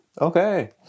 Okay